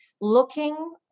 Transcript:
looking